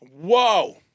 Whoa